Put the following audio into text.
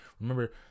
Remember